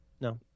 no